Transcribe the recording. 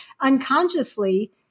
Unconsciously